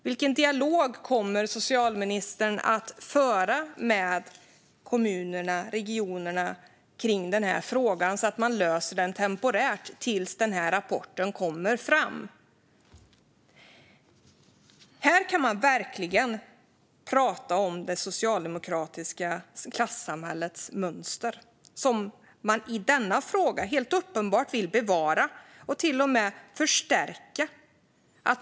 Vilken dialog kommer socialministern att föra med kommunerna och regionerna i den här frågan, så att man löser den temporärt tills rapporten kommer fram? Här kan man verkligen prata om det socialdemokratiska klassamhällets mönster, som man i denna fråga helt uppenbart vill bevara och till och med förstärka.